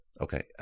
Okay